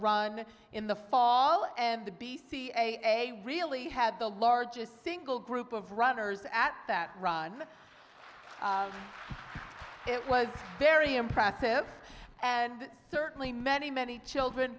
run in the fall and the b c they really had the largest single group of runners at that run it was very impressive and certainly many many children